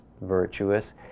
virtuous